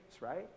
right